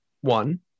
One